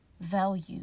Value